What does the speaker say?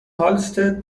هالستد